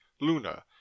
Luna